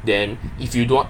then if you don't want